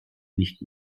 nicht